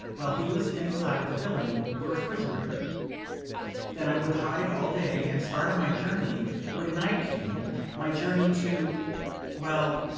while he was inside filling the refrigerator then i would hide all day, and start on my journey when night came my journey to well,